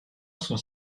sont